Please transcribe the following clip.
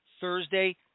thursday